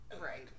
right